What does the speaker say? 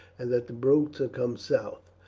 and that the brutes have come south.